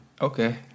Okay